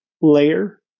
layer